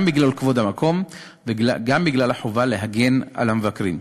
גם בגלל כבוד המקום וגם בגלל החובה להגן על המבקרים.